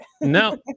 no